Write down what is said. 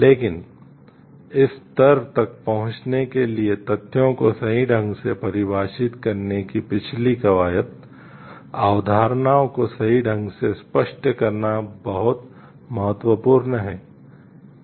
लेकिन इस स्तर तक पहुंचने के लिए तथ्यों को सही ढंग से परिभाषित करने की पिछली कवायद अवधारणाओं को सही ढंग से स्पष्ट करना बहुत महत्वपूर्ण है